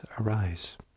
arise